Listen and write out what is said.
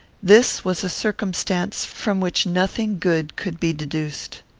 this was a circumstance from which nothing good could be deduced.